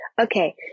Okay